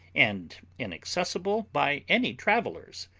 and inaccessible by any travellers,